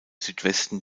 südwesten